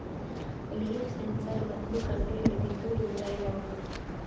leaf sensor ಮೊದ್ಲು ಕಂಡು ಹಿಡಿದಿದ್ದು ಇಸ್ರೇಲ್ ಅವ್ರು